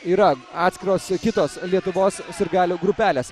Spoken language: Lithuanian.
yra atskiros kitos lietuvos sirgalių grupelės